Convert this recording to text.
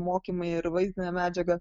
mokymai ir vaizdinę medžiagą